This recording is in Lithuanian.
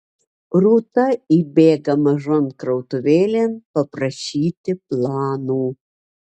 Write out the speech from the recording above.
rūta įbėga mažon krautuvėlėn paprašyti plano